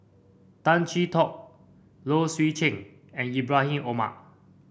Tay Chee Toh Low Swee Chen and Ibrahim Omar